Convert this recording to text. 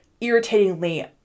irritatingly